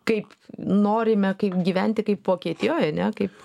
kaip norime kaip gyventi kaip vokietijoj ne kaip